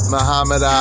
Muhammad